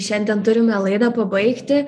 šiandien turime laidą pabaigti